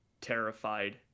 terrified